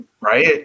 Right